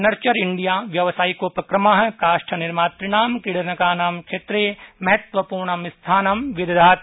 nurture India इति व्यावसायिकोपक्रम काष्ठनिर्मातृणां क्रीडनकानां क्षेत्रे महत्वपूर्णं स्थानं विदधाति